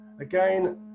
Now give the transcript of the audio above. Again